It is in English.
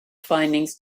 findings